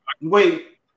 wait